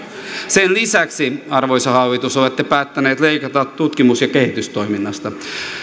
sen lisäksi arvoisa hallitus olette päättäneet leikata tutkimus ja kehitystoiminnasta yhdeksänkymmentä